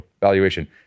valuation